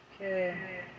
Okay